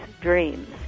dreams